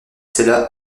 cela